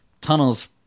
tunnels